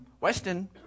Weston